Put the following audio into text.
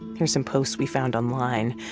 here's some posts we found online.